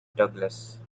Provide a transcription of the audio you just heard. douglas